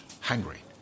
hungry